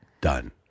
done